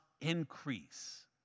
increase